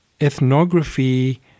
ethnography